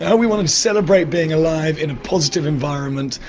and we want to celebrate being alive in a positive environment.